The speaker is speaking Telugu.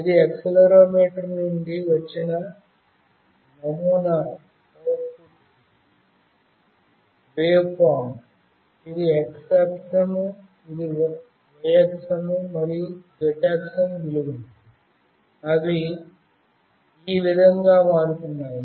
ఇది యాక్సిలెరోమీటర్ నుండి వచ్చిన నమూనా అవుట్పుట్ వేవ్ఫామ్ ఇది x అక్షం y అక్షం మరియు z అక్షం విలువలు అవి ఈ విధంగా మారుతున్నాయి